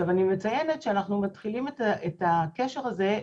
עכשיו אני מציינת שאנחנו מתחילים את הקשר הזה,